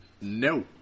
No